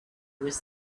was